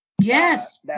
Yes